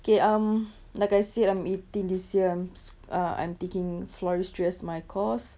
okay um like I said I'm eighteen this year I'm uh I'm taking floristry as my course